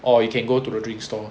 or you can go to the drink stall